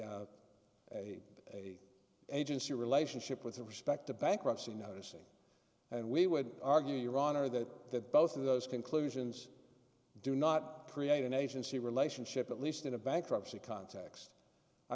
agency relationship with respect to bankruptcy noticing and we would argue your honor that that both of those conclusions do not create an agency relationship at least in a bankruptcy cont